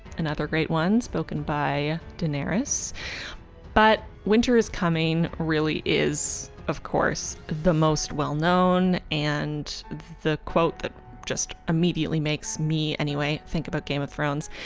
another great one spoken by daenerys but winter is coming really is of course the most well known and the quote that just immediately makes me anyway think about game of thrones.